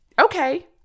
Okay